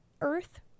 Earth